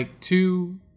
two